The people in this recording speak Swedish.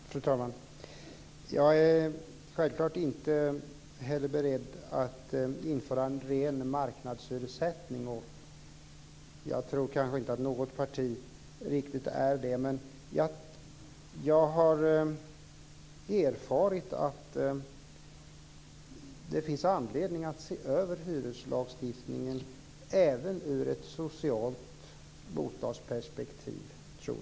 Fru talman! Jag är självklart inte heller beredd att införa en ren marknadshyressättning. Jag tror inte att något parti är det. Men jag har erfarit att det finns anledning att se över hyreslagstiftningen även ur ett socialt bostadsperspektiv.